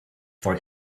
for